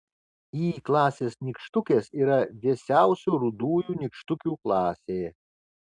y klasės nykštukės yra vėsiausių rudųjų nykštukių klasė